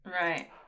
Right